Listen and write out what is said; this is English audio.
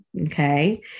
okay